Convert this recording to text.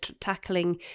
tackling